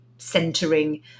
Centering